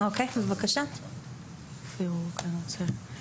איך בעצם ההתנהלות מול קטינים?